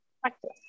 practice